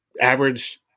average